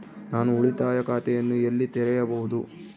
ನಾನು ಉಳಿತಾಯ ಖಾತೆಯನ್ನು ಎಲ್ಲಿ ತೆರೆಯಬಹುದು?